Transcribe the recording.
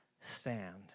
stand